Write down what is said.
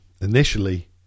initially